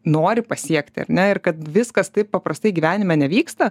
nori pasiekti ar ne ir kad viskas taip paprastai gyvenime nevyksta